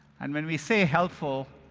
and when we say helpful,